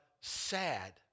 sad